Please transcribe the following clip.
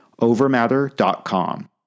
overmatter.com